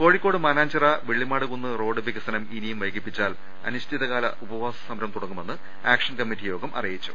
Kozhikode Mananchira Vellimadukunnu road വികസനം ഇനിയും വൈകിപ്പിച്ചാൽ അനിശ്ചിതകാല ഉപവാസസമരം തുടങ്ങുമെന്ന് ആക്ഷൻ കമ്മിറ്റി യോഗം അറിയിച്ചു